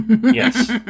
Yes